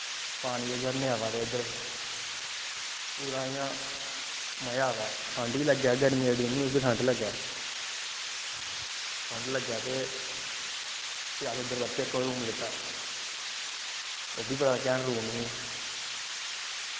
पानी दे झरने आवा दे उद्धर पूरा इ'यां मज़ा आवै ठंड बी लग्गै गर्मियें दे दिन हे उत्थें ठंड लग्गै ठंज लग्गै ते फ्ही अस परतियै उत्थें इक होर रूम लैत्ता ओह् बी बड़ा कैंट रूम ही